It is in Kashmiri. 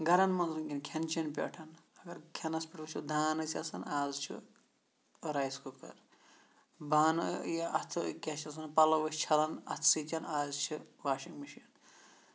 گَرَن منٛز وٕنکیٚن کھیٚن چیٚن پٮ۪ٹھ اگر کھیٚنَس پٮ۪ٹھ وٕچھو دان ٲسۍ آسان اَز چھِ رایِس کُکَر بانہٕ یہِ اَتھٕ کیٛاہ چھِ اَتھ وَنان پَلو ٲس چھَلان اَتھٕ سۭتۍ اَز چھِ واشنٛگ مِشیٖن